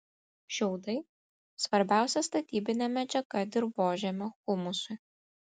šiaudai svarbiausia statybinė medžiaga dirvožemio humusui